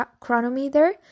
Chronometer